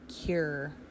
cure